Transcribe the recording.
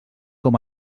com